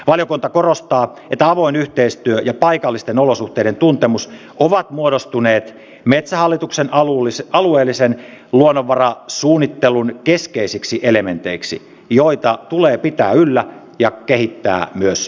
valiokunta korostaa että avoin yhteistyö ja paikallisten olosuhteiden tuntemus ovat muodostuneet metsähallituksen alueellisen luonnonvarasuunnittelun keskeisiksi elementeiksi joita tulee pitää yllä ja kehittää myös jatkossa